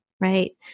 right